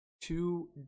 two